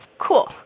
cool